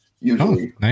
usually